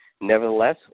Nevertheless